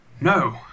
No